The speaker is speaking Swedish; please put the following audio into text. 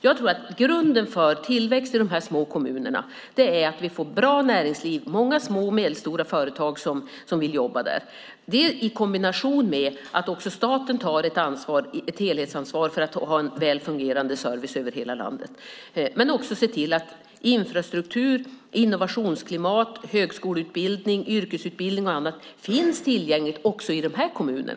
Jag tror att grunden för tillväxt i dessa små kommuner är att vi där får ett bra näringsliv, med många små och medelstora företag, i kombinationen med att staten tar ett helhetsansvar för en väl fungerande service över hela landet. Vidare måste man se till att infrastruktur, innovationsklimat, högskoleutbildning, yrkesutbildning och annat finns tillgängligt också i dessa kommuner.